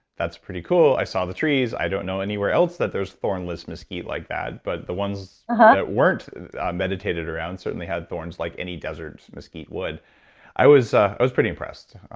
that's pretty cool. i saw the trees. i don't know anywhere else that there's thornless mesquite like that, but the ones that weren't meditated around certainly had thorns like any desert mesquite would i was ah i was pretty impressed.